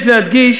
יש להדגיש